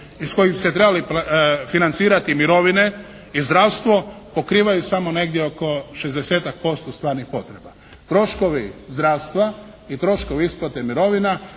iz kojih bi se trebale financirati mirovine i zdravstvo pokrivaju samo negdje oko 60-tak posto stvarnih potreba. Troškovi zdravstva i troškovi isplate mirovina